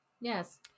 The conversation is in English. Yes